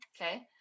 Okay